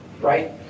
Right